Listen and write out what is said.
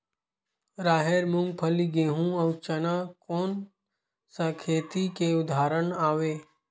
राहेर, मूंगफली, गेहूं, अउ चना कोन सा खेती के उदाहरण आवे?